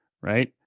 right